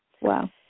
Wow